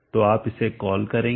तो आप इसे कैसे कॉल करेंगे